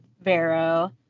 Vero